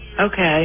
Okay